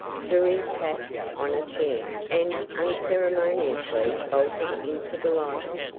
threw his hat on a chair and unceremoniously bolted into the library.